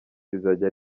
rizajya